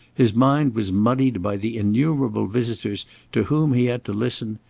his mind was muddied by the innumerable visitors to whom he had to listen.